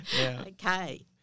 Okay